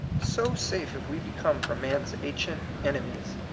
so safe have we be come from man's ancient enemies,